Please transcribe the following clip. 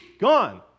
Gone